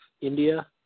India